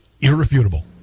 irrefutable